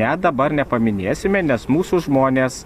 ne dabar nepaminėsime nes mūsų žmonės